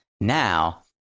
now